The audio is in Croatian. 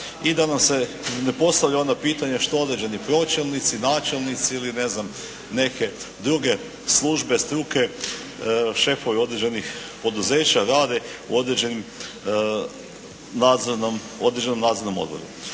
I da nam se ne postavlja onda pitanje što određeni pročelnici, načelnici ili ne znam neke druge službe, struke, šefovi određenih poduzeća rade u određenim, nadzornom,